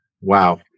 Wow